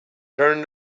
turned